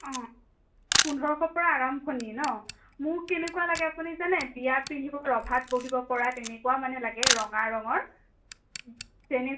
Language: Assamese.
অঁ পোন্ধৰশৰ পৰা আৰম্ভণি ন মোক কেনেকুৱা লাগে আপুনি জানে বিয়াত পিন্ধিব ৰভাত বহিব পৰা তেনেকুৱা মানে লাগে ৰঙা ৰঙৰ তেনে